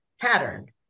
pattern